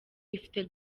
ifite